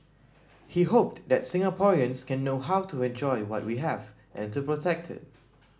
he hoped that Singaporeans can know how to enjoy what we have and to protect it